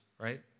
right